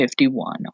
51